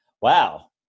wow